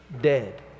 Dead